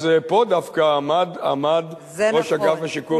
אז פה דווקא עמד ראש אגף השיקום בכבוד.